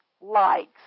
likes